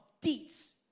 deeds